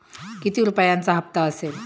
किती रुपयांचा हप्ता असेल?